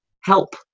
help